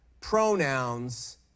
pronouns